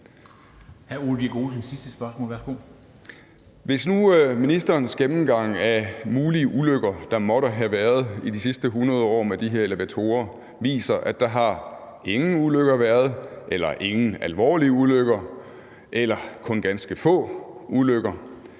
Hvis nu ministerens gennemgang af mulige ulykker, der måtte have været i de sidste 100 år med de her elevatorer, viser, at der ingen ulykker har været – eller ingen alvorlige ulykker eller kun ganske få ulykker